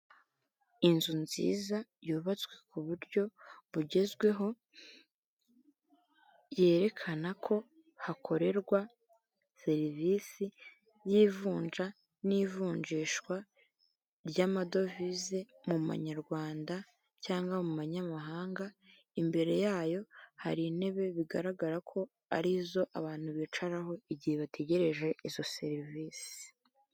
Inzu nziza yubatswe ku buryo bugezweho yerekana ko hakorerwa serivisi y'ivunja n'ivunjishwa ry'amadovize mu nyarwanda cyangwa mu manyamahanga imbere yayo hari intebe bigaragara ko arizo abantu bicaraho igihe bategereje izo serivisi.